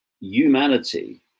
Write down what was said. humanity